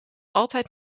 altijd